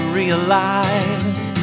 realize